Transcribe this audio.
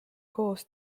koos